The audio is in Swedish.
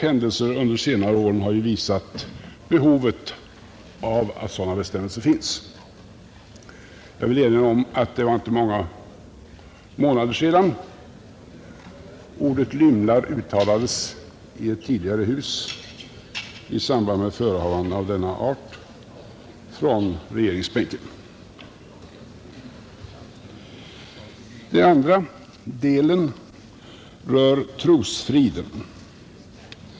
Händelser under de senaste åren har också visat att behovet av sådana bestämmelser finns. Jag vill erinra om att det inte var många månader sedan ordet lymlar uttalades från regeringsbänken i det förra riksdagshuset i samband med förehavanden av denna art. Den andra delen berör trosfriden.